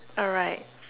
alright